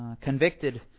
convicted